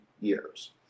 years